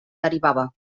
derivava